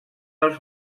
els